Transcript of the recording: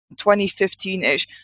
2015-ish